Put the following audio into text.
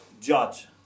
judge